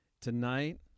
Tonight